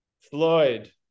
Floyd